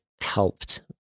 helped